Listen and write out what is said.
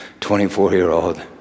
24-year-old